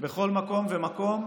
בכל מקום ומקום.